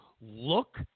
Look